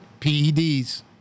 PEDs